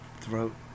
throat